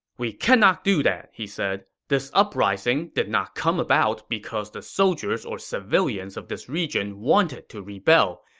we cannot do that, he said. this uprising did not come about because the soldiers or civilians of this region wanted to rebel.